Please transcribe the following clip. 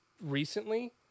recently